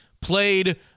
played